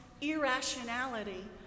irrationality